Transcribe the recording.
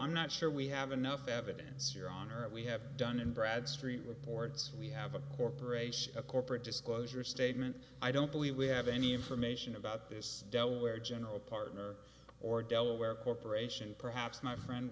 i'm not sure we have enough evidence here on earth we have done and bradstreet reports we have a corporation a corporate disclosure statement i don't believe we have any information about this delaware general partner or delaware corporation perhaps my friend